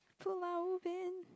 Pulau-Ubin